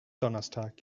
donnerstag